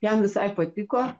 jam visai patiko